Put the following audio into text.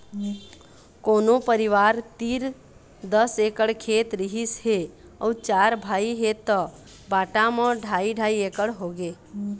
कोनो परिवार तीर दस एकड़ खेत रहिस हे अउ चार भाई हे त बांटा म ढ़ाई ढ़ाई एकड़ होगे